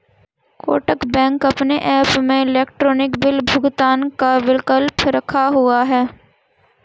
Kotak bank अपने app में electronic bill भुगतान का विकल्प रखा हुआ है